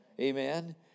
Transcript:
Amen